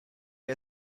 wir